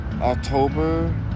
October